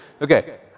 Okay